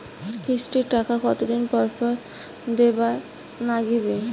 কিস্তির টাকা কতোদিন পর পর দিবার নাগিবে?